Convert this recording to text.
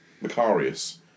Macarius